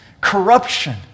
corruption